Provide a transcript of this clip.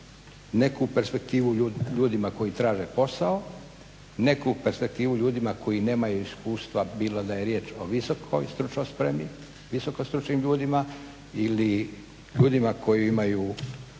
neku perspektivu ljudima koji traže posao, neku perspektivu ljudima koji nemaju iskustva bilo da je riječ o visokoj stručnoj spremi, visoko stručnim ljudima ili ljudima koji imaju